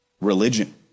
religion